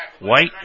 White